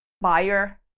buyer